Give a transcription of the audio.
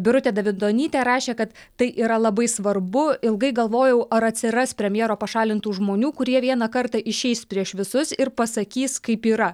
birutė davidonytė rašė kad tai yra labai svarbu ilgai galvojau ar atsiras premjero pašalintų žmonių kurie vieną kartą išeis prieš visus ir pasakys kaip yra